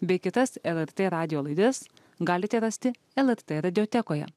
bei kitas lrt radijo laidas galite rasti lrt radiotekoje